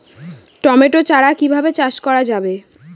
Tomato চারা কিভাবে চাষ করা যাবে?